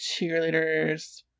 Cheerleaders